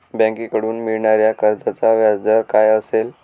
बँकेकडून मिळणाऱ्या कर्जाचा व्याजदर काय असेल?